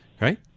right